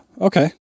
Okay